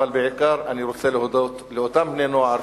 בעיקר אני רוצה להודות לאותם בני-נוער